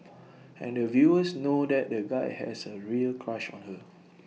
and the viewers know that the guy has A real crush on her